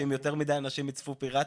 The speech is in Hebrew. שאם יותר מדי יצפו פיראטית,